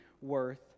worth